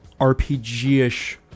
RPG-ish